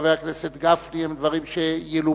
וחבר הכנסת גפני הם דברים שילובנו,